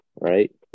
right